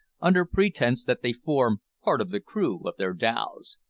under pretence that they form part of the crew of their dhows.